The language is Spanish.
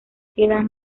quedan